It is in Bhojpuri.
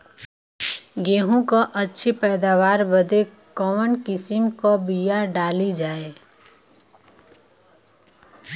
गेहूँ क अच्छी पैदावार बदे कवन किसीम क बिया डाली जाये?